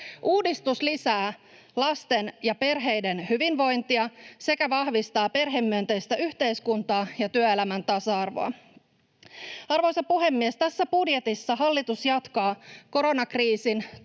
Uudistus lisää lasten ja perheiden hyvinvointia sekä vahvistaa perhemyönteistä yhteiskuntaa ja työelämän tasa-arvoa. Arvoisa puhemies! Tässä budjetissa hallitus jatkaa koronakriisin tuhojen